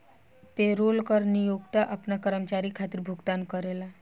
payroll कर नियोक्ता आपना कर्मचारी खातिर भुगतान करेला